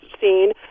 scene